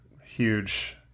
huge